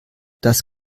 das